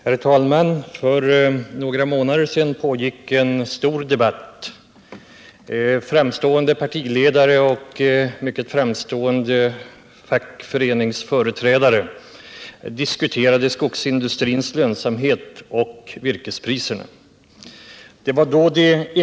Herr talman! För några månader sedan pågick en stor debatt. Framstående partiledare och mycket framstående fackföreningsföreträdare diskuterade skogsindustrins lönsamhet och virkespriserna.